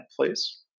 please